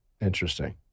Interesting